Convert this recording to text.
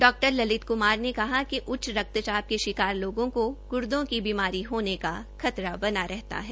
डा ललित कुमार अग्रवाल ने कहा कि उच्च रक्तचाप के शिकार लोगों को गूर्दो की बीमारी होने का खतरा भी रहता है